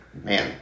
Man